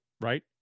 right